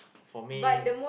for me